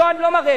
לא, אני לא מראה.